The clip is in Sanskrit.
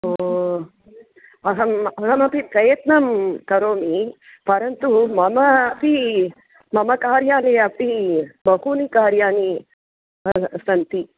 ओ अहम् अहमपि प्रयत्नं करोमि परन्तु मम अपि मम कार्यालये अपि बहूनि कार्याणि सन्ति